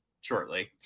shortly